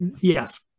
yes